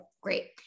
great